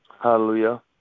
Hallelujah